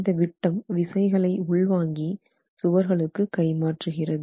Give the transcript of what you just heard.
இந்த விட்டம் விசைகளை உள்வாங்கி சுவர்களுக்கு கை மாற்றுகிறது